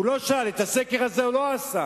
את הסקר הזה הוא לא עשה.